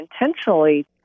intentionally